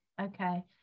okay